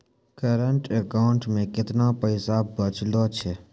Current account मे केतना पैसा बचलो छै?